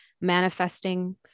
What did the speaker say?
manifesting